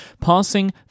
passing